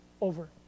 over